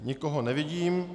Nikoho nevidím.